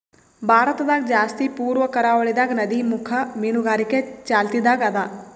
ಭಾರತದಾಗ್ ಜಾಸ್ತಿ ಪೂರ್ವ ಕರಾವಳಿದಾಗ್ ನದಿಮುಖ ಮೀನುಗಾರಿಕೆ ಚಾಲ್ತಿದಾಗ್ ಅದಾ